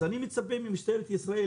אז אני מצפה ממשטרת ישראל,